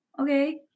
okay